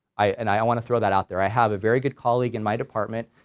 i and i i want to throw that out there i have a very good colleague in my department,